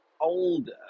older